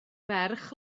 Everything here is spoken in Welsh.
ferch